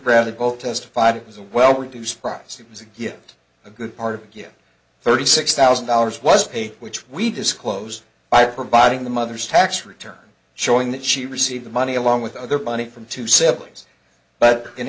bradley both testified it was a well reduced price it was a get a good part of you thirty six thousand dollars was paid which we disclosed by providing the mother's tax return showing that she received the money along with other money from two sevens but in